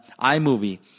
iMovie